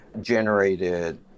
generated